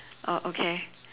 oh okay